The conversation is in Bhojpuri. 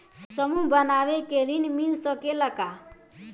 समूह बना के ऋण मिल सकेला का?